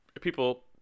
People